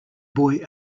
boy